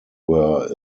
were